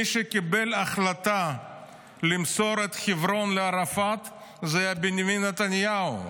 מי שקיבל החלטה למסור את חברון לערפאת זה היה בנימין נתניהו.